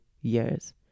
years